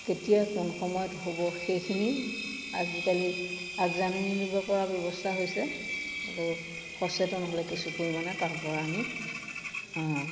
কেতিয়া কোন সময়ত হ'ব সেইখিনি আজিকালি আগজাননী দিব পৰা ব্যৱস্থা হৈছে সচেতন হ'লে কিছু পৰিমাণে তাৰ পৰা আমি